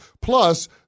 Plus